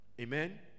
Amen